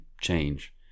change